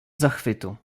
zachwytu